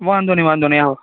વાંધો નહીં વાંધો નહીં આવો